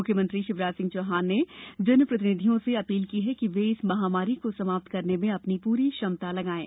मुख्यमंत्री शिवराज सिंह चौहान ने जनप्रतिनिधियों से अपील की है कि वे इस महामारी को समाप्त करने में अपनी पूरी क्षमता लगायें